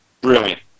Brilliant